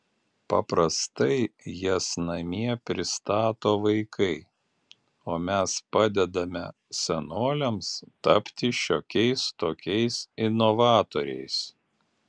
paprastai jas namie pristato vaikai o mes padedame senoliams tapti šiokiais tokiais inovatoriais